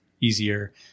easier